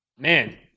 Man